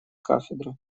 кафедры